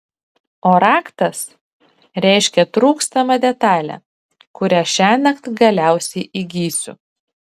o raktas reiškia trūkstamą detalę kurią šiąnakt galiausiai įgysiu